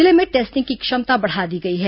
जिले में टेस्टिंग की क्षमता बढा दी गई है